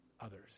others